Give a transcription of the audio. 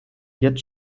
jetzt